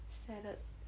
sadded